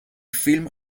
film